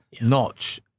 notch